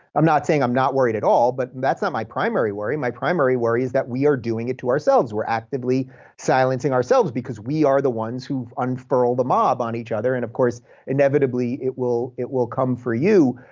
i'm not saying i'm not worried at all, but that's not my primary worry. my primary worry is that we are doing it to ourselves. we're actively silencing ourselves because we are the ones who unfurl the mob on each other, and of course inevitably it will it will come for you.